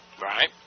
Right